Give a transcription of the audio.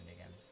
again